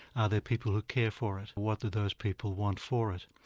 are there people who care for it? what do those people want for it?